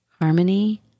harmony